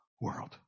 world